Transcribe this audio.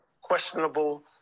questionable